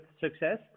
success